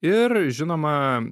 ir žinoma